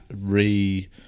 re